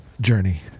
journey